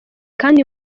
kandi